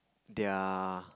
their